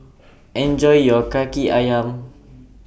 Enjoy your Kaki Ayam